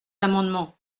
amendement